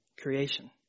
creation